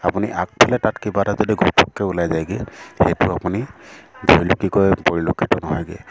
আপুনি আগফালে তাত কিবা এটা যদি ঘপককৈ ওলাই যায়গৈ সেইটো আপুনি ধৰি লওক কি কয় পৰিলক্ষিত নহয়গৈ